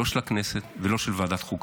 לא של הכנסת ולא של ועדת חוקה.